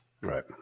Right